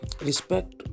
respect